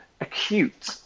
acute